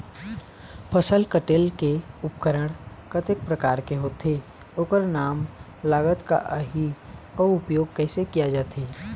फसल कटेल के उपकरण कतेक प्रकार के होथे ओकर नाम लागत का आही अउ उपयोग कैसे किया जाथे?